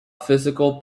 physical